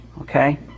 okay